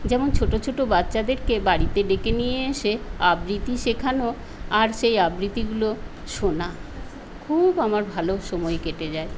যেমন ছোটো ছোটো বাচ্চাদেরকে বাড়িতে ডেকে নিয়ে এসে আবৃত্তি শেখানো আর সেই আবৃতিগুলো শোনা খুব আমার ভালো সময় কেটে যায়